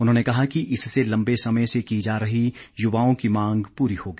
उन्होंने कहा कि इससे लम्बे समय से की जा रही युवाओं की मांग पूरी होगी